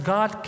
God